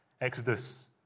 Exodus